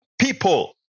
people